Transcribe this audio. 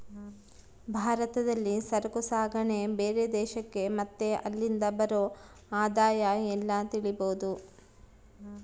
ಭಾರತದಲ್ಲಿ ಸರಕು ಸಾಗಣೆ ಬೇರೆ ದೇಶಕ್ಕೆ ಮತ್ತೆ ಅಲ್ಲಿಂದ ಬರೋ ಆದಾಯ ಎಲ್ಲ ತಿಳಿಬೋದು